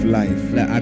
life